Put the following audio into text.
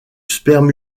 sperme